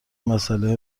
مساله